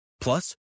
Plus